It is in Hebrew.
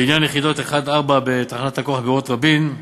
בעניין יחידות 1 4 בתחנת הכוח "אורות רבין",